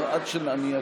עד שאני אתחיל,